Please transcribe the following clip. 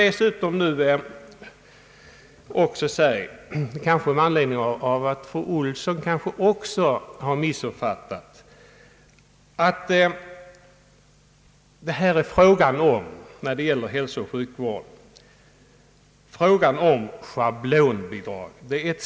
Eftersom även fru Olsson tycks ha missuppfattat det vill jag även klargöra att anslaget till hälsooch sjukvård är ett schablonbidrag.